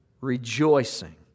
rejoicing